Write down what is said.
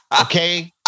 Okay